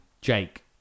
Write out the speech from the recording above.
Jake